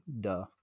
duh